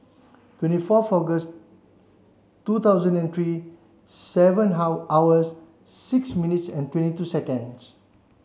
twenty four two thousand and three seven how hours six minutes and twenty two seconds